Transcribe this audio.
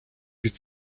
від